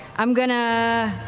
i'm going to